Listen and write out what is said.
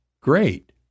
great